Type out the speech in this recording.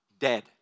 dead